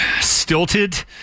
stilted